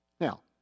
Now